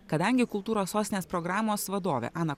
kadangi kultūros sostinės programos vadovė ana